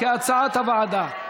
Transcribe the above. כהצעת הוועדה.